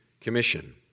Commission